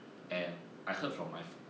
and I heard from my